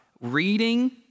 reading